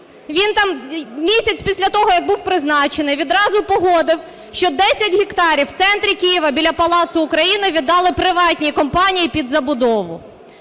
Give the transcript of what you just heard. він там місяць після того, як був призначений, відразу погодив, що 10 гектарів в центрі Києва біля палацу "Україна" віддали приватній компанії під забудову.